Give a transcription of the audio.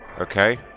Okay